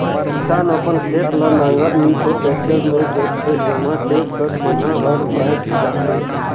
किसान अपन खेत ल नांगर नी तो टेक्टर मे जोतथे एम्हा खेत कर कोनहा हर बाएच जाथे